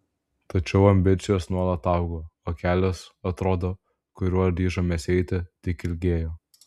tačiau ambicijos nuolat augo o kelias atrodo kuriuo ryžomės eiti tik ilgėjo